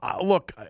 look